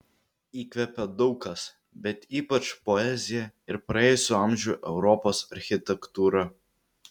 įkvepia daug kas bet ypač poezija ir praėjusių amžių europos architektūra